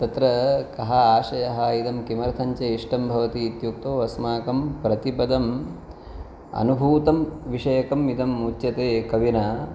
तत्र कः आशयः इदं किमर्थं च इष्टं भवति इत्युक्तौ अस्माकं प्रतिपदम् अनुभूतं विषयकम् इदम् उच्यते कविना